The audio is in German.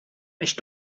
mich